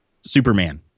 Superman